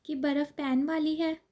ਕੀ ਬਰਫ਼ ਪੈਣ ਵਾਲੀ ਹੈ